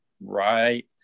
right